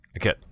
Okay